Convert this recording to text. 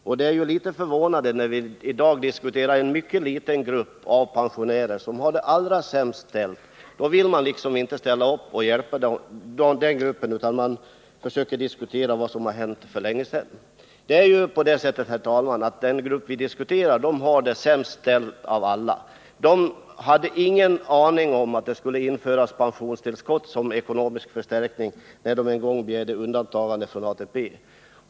Och det är förvånande att i dag, när vi diskuterar en mycket liten grupp av pensionärer — de som har det allra sämst — vill man inte ställa upp och hjälpa den gruppen, utan man försöker diskutera vad som har hänt för länge sedan. Det är ju på det sättet, herr talman, att de som tillhör den grupp vi diskuterar har det sämst ställt av alla. De hade ingen aning om att det skulle införas pensionstillskott som ekonomisk förstärkning, när de en gång begärde undantagande från ATP.